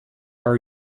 are